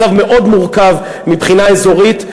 מצב מאוד מורכב מבחינה אזורית,